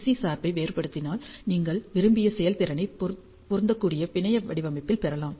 C சார்பை வேறுபடுத்தினால் நீங்கள் விரும்பிய செயல்திறனை பொருந்தக்கூடிய பிணைய வடிவமைப்பில் பெறலாம்